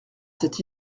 cette